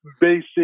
basic